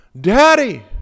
Daddy